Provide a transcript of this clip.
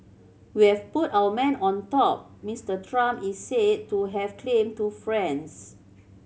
we've put our man on top Mister Trump is said to have claimed to friends